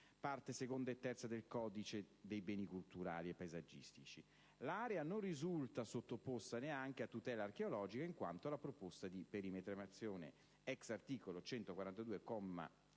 II o della III parte del Codice dei beni culturali e paesaggistici. L'area non risulta sottoposta neanche a tutela archeologica in quanto la proposta di perimetrazione, *ex* articolo 142,